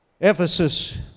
Ephesus